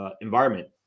environment